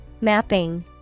Mapping